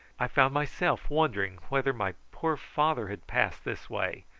i found myself wondering whether my poor father had passed this way,